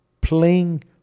playing